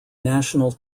national